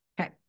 Okay